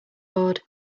board